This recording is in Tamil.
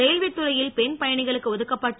ர யி ல் வே துறையி ல் பெ ண் பயணிகளுக்கு ஒதுக்க ப்ப ட்டு